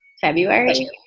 February